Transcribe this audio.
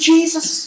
Jesus